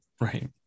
Right